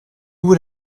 would